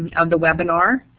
and of the webinar.